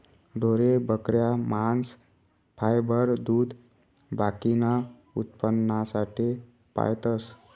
ढोरे, बकऱ्या, मांस, फायबर, दूध बाकीना उत्पन्नासाठे पायतस